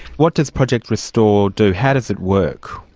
what does project restore do? how does it work?